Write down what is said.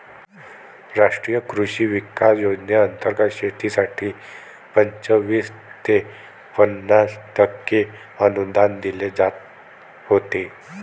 राष्ट्रीय कृषी विकास योजनेंतर्गत शेतीसाठी पंचवीस ते पन्नास टक्के अनुदान दिले जात होते